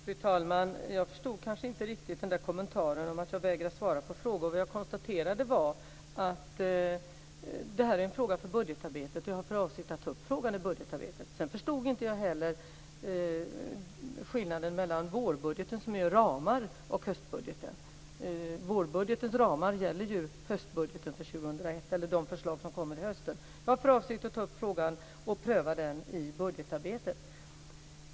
Fru talman! Jag förstod inte riktigt kommentaren om att jag vägrar svara på frågor. Vad jag konstaterade var att det är en fråga för budgetarbetet, och jag har för avsikt att ta upp frågan i budgetarbetet. Jag förstod inte heller skillnaden mellan vårbudgeten, som ju innehåller ramar, och höstbudgeten. Vårbudgetens ramar gäller ju höstbudgeten för 2001 eller de förslag som kommer till hösten. Jag har för avsikt att ta upp frågan och pröva den i budgetarbetet.